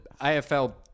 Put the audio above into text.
AFL